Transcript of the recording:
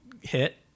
hit